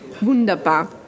Wunderbar